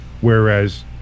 whereas